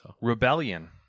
Rebellion